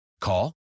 Call